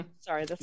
Sorry